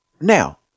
Now